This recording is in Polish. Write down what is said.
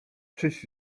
czyś